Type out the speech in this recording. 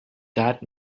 that